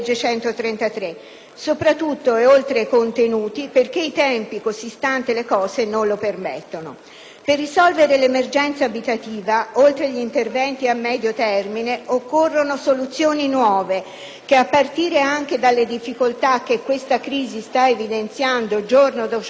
soprattutto (e oltre i contenuti) perché i tempi, stanti così le cose, non lo permettono. Per risolvere l'emergenza abitativa, oltre gli interventi a medio termine, occorrono soluzioni nuove, che, a partire anche dalle difficoltà che questa crisi sta evidenziando giorno dopo giorno,